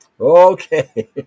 Okay